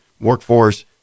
workforce